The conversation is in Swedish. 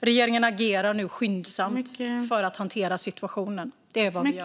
Regeringen agerar nu skyndsamt för att hantera situationen. Det är vad vi gör.